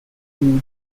loo